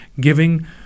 giving